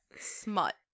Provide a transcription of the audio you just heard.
smut